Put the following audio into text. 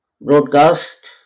broadcast